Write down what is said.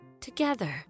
together